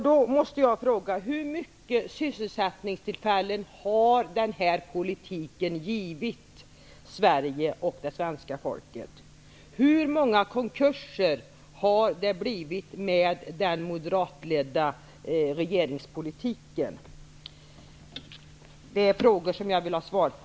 Då måste jag fråga: Hur många sysselsättningstillfällen har den här politiken givit Sverige och det svenska folket? Hur många konkurser har det blivit med den moderatledda regeringspolitiken? Det är frågor som jag vill ha svar på.